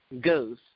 goes